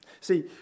See